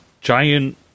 giant